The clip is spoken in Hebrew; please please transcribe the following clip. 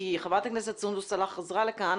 כי חברת הכנסת סונדוס סלאח חזרה לכאן.